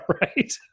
Right